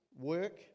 work